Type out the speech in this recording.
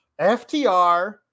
FTR